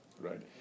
right